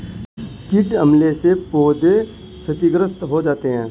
कीट हमले से पौधे क्षतिग्रस्त हो जाते है